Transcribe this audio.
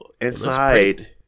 Inside